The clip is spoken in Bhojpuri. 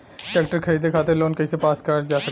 ट्रेक्टर खरीदे खातीर लोन कइसे पास करल जा सकेला?